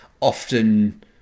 often